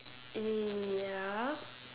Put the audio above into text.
ya